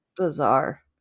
bizarre